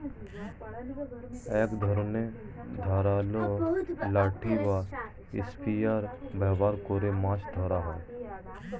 এক ধরনের ধারালো লাঠি বা স্পিয়ার ব্যবহার করে মাছ ধরা হয়